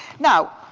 now,